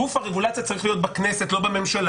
גוף הרגולציה צריך להיות בכנסת, לא בממשלה.